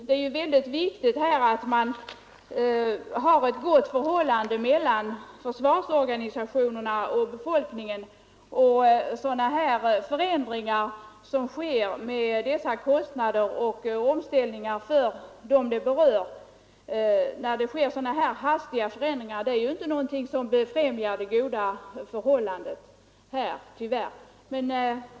Det är viktigt att det råder ett gott förhållande mellan försvarsorganisationen och befolkningen. Hastiga förändringar som sker, med stora kostnader och svåra omställningar för dem det berör, är tyvärr inte någonting som främjar det goda förhållandet.